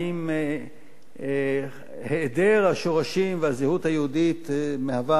אם היעדר השורשים והזהות היהודית מהווה